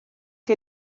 che